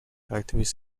activist